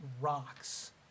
rocks